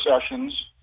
sessions